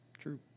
True